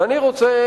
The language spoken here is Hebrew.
ואני רוצה,